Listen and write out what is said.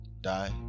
Die